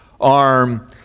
arm